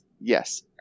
yes